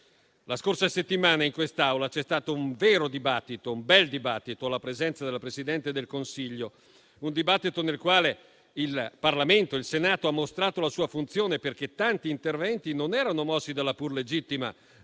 La scorsa settimana in quest'Aula c'è stato un vero e bel dibattito alla presenza della Presidente del Consiglio, nel quale il Parlamento e il Senato hanno mostrato la loro funzione, perché tanti interventi non erano mossi dalla pur legittima volontà